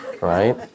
right